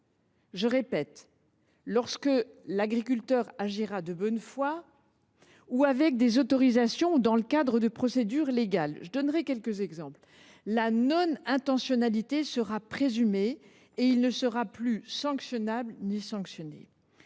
nationale, lorsque l’agriculteur agira de bonne foi ou avec des autorisations dans le cadre de procédures légales – je vais vous donner quelques exemples –, la non intentionnalité sera présumée, et il ne sera plus sanctionnable ni sanctionné.